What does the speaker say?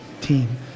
team